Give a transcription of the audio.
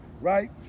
right